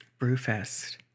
Brewfest